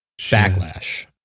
backlash